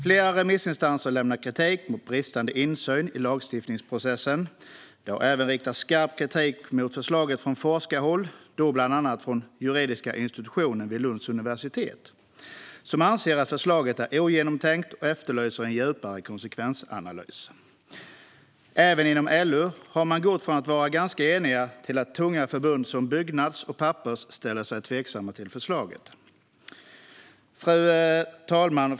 Flera remissinstanser lämnar kritik mot bristande insyn i lagstiftningsprocessen. Det har även riktats skarp kritik mot förslaget från forskarhåll, bland annat från juridiska institutionen vid Lunds universitet där man anser att förslaget är ogenomtänkt och efterlyser en djupare konsekvensanalys. Även inom LO har förbunden gått från att vara ganska eniga till att tunga förbund, som Byggnads och Pappers, ställer sig tveksamma till förslaget. Fru talman!